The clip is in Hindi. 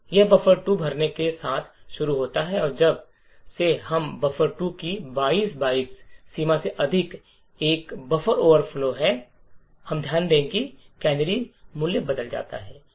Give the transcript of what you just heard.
यह बफर2 भरने के साथ शुरू होता है और जब से हम बफर2 की 22 बाइट्स सीमा से अधिक हैं एक बफर ओवरफ्लो है और हम ध्यान दें कि कैनरी मूल्य बदल जाता है